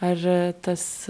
ar tas